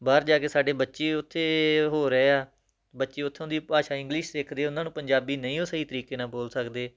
ਬਾਹਰ ਜਾ ਕੇ ਸਾਡੇ ਬੱਚੇ ਉੱਥੇ ਹੋ ਰਹੇ ਆ ਬੱਚੇ ਉੱਥੋਂ ਦੀ ਭਾਸ਼ਾ ਇੰਗਲਿਸ਼ ਸਿੱਖਦੇ ਉਨ੍ਹਾਂ ਨੂੰ ਪੰਜਾਬੀ ਨਹੀਂ ਉਹ ਸਹੀ ਤਰੀਕੇ ਨਾਲ ਬੋਲ ਸਕਦੇ